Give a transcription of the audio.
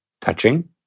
Touching